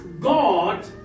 God